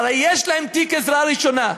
הרי יש להם תיק עזרה ראשונה,